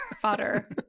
fodder